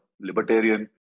libertarian